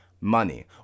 money